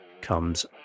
comes